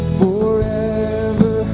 forever